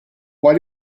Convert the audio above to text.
why